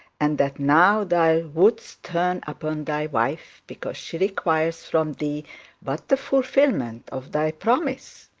and that now thou wouldst turn upon thy wife because she requires from thee but the fulfilment of thy promise?